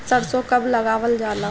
सरसो कब लगावल जाला?